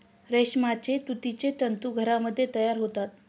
रेशमाचे तुतीचे तंतू घरामध्ये तयार होतात